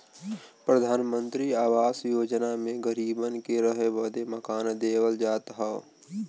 प्रधानमंत्री आवास योजना मे गरीबन के रहे बदे मकान देवल जात हौ